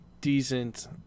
decent